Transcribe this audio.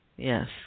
Yes